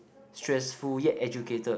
stressful yet educated